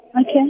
Okay